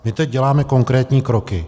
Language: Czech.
My teď děláme konkrétní kroky.